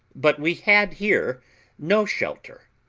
but we had here no shelter,